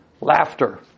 Laughter